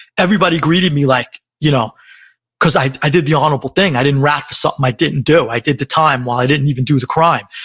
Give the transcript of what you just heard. everybody greeted me, like you know because i i did the honorable thing. i didn't rat for something i didn't do. i did the time, while i didn't even do the crime,